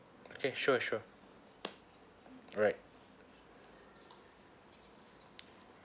okay sure sure alright